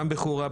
בחורה,